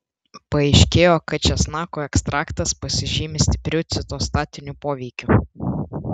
paaiškėjo kad česnako ekstraktas pasižymi stipriu citostatiniu poveikiu